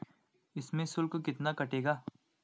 इसमें शुल्क कितना कटेगा?